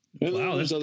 Wow